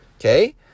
okay